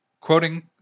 quoting